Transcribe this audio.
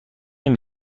نمی